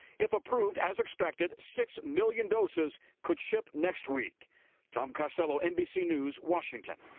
if approved as expected six million doses could ship next week tom costello, nbc news, washington.